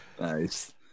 Nice